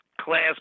Class